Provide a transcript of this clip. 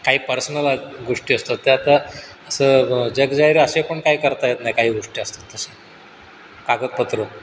काही पर्सनल गोष्टी असतात त्या आता असं जगजाहीर असे पण काही करता येत नाही काही गोष्टी असतात तशा कागदपत्रं